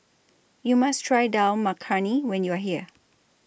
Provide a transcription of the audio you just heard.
YOU must Try Dal Makhani when YOU Are here